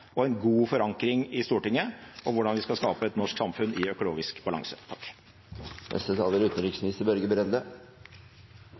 og en god forankring i Stortinget om hvordan vi skal skape et norsk samfunn i økologisk balanse.